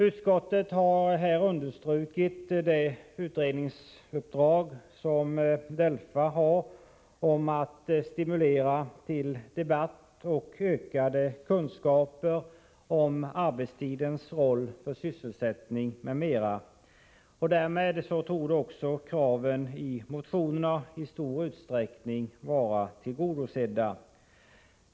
Utskottet har på denna punkt understrukit det utredningsuppdrag att stimulera till debatt och ge ökade kunskaper om arbetstidens roll för sysselsättning m.m. som DELFA har. Därmed torde också kraven i motionerna i stor utsträckning vara tillgodosedda.